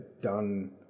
done